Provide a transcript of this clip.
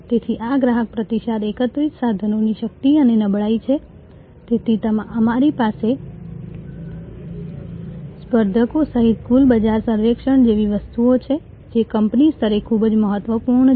તેથી આ ગ્રાહક પ્રતિસાદ એકત્રિત સાધનોની શક્તિ અને નબળાઈ છે તેથી અમારી પાસે સ્પર્ધકો સહિત કુલ બજાર સર્વેક્ષણ જેવી વસ્તુઓ છે જે કંપની સ્તરે ખૂબ જ મહત્વપૂર્ણ છે